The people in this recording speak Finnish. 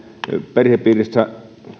perhepiirissä